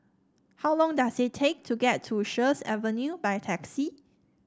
how long does it take to get to Sheares Avenue by taxi